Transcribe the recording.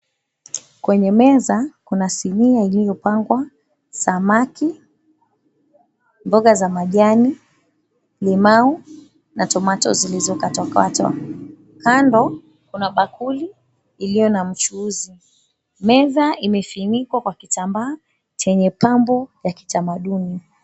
Kwenye meza kuna sinia ambalo limepangwa, samaki, mboga za majani, limau na tomato zilizokatwakatwa kando kuna bakuli iliyo na mchuzi meza imefunikwa kwa kitambaa chenye pambo cha kitamaduni.